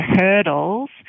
hurdles